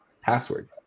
password